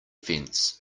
fence